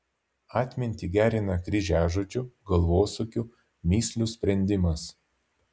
atmintį gerina kryžiažodžių galvosūkių mįslių sprendimas